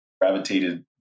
gravitated